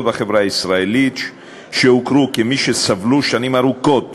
בחברה הישראלית שהוכרו כמי שסבלו שנים ארוכות